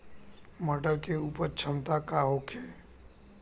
मटर के उपज क्षमता का होखे?